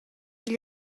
igl